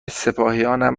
سپاهیانم